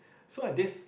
so at this